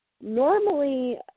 normally